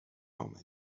آمدی